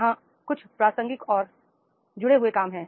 वहाँ कुछ प्रासंगिक और जुड़े हुए काम हैं